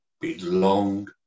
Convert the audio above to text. belong